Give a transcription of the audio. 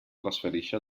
trasferisce